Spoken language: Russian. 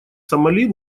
сомали